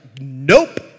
nope